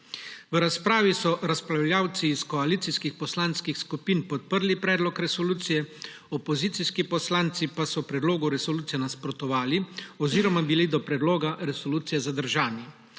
V razpravi so razpravljavci iz koalicijskih poslanskih skupin podprli predlog resolucije, opozicijski poslanci pa so predlogu resolucije nasprotovali oziroma bili do predloga resolucije zadržani.